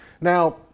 Now